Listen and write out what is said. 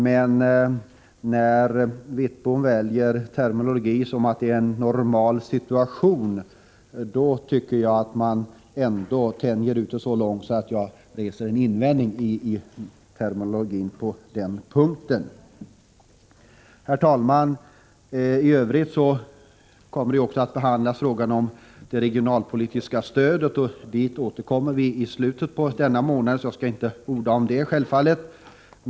Men när Bengt Wittbom väljer terminologi så att han säger att det är en ”normal” situation, då tycker jag ändå att han tänjer ut det hela så långt att jag måste resa invändningar beträffande ordvalet på den punkten. Herr talman! I övrigt kommer också frågan om regionalpolitiskt stöd att behandlas. Dit återkommer vi i slutet av denna månad, så jag skall självfallet inte orda om detta.